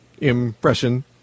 impression